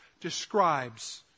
describes